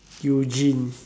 Eugene